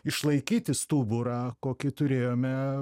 išlaikyti stuburą kokį turėjome